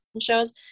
shows